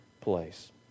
place